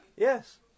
Yes